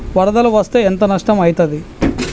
వరదలు వస్తే ఎంత నష్టం ఐతది?